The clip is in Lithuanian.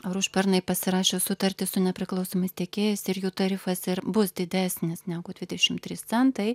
ar užpernai pasirašė sutartį su nepriklausomais tiekėjais ir jų tarifas bus didesnis negu dvidešim trys centai